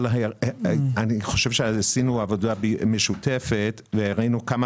אני חושב שעשינו עבודה משותפת וראינו כמה